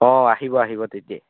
অঁ আহিব আহিব তেতিয়াই